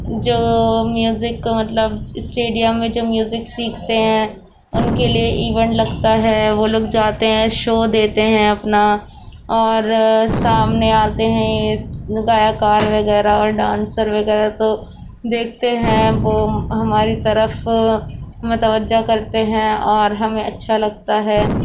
جو میوزک مطلب اسٹیڈیم میں جو میوزک سیکھتے ہیں ان کے لیے ایونٹ لگتا ہے وہ لوگ جاتے ہیں شو دیتے ہیں اپنا اور سامنے آتے ہیں گائکار وغیرہ اور ڈانسر وغیرہ تو دیکھتے ہیں وہ ہماری طرف متوجہ کرتے ہیں اور ہمیں اچھا لگتا ہے